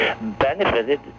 benefited